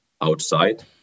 outside